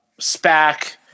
SPAC